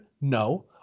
No